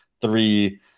three